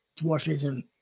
dwarfism